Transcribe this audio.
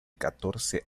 catorce